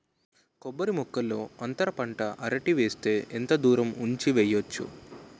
కొబ్బరి మొక్కల్లో అంతర పంట అరటి వేస్తే ఎంత దూరం ఉంచి వెయ్యొచ్చు?